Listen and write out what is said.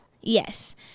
yes